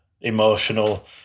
emotional